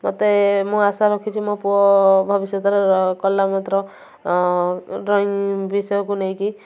ମୋତେ ମୁଁ ଆଶା ରଖିଛି ମୋ ପୁଅ ରେ କଲା ମାତ୍ର ଡ୍ରଇଂ ବିଷୟକୁ ନେଇକି